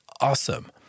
awesome